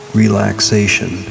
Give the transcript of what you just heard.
relaxation